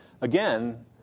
again